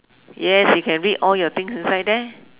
yes you can read all your things inside there